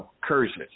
curses